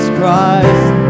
Christ